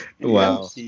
Wow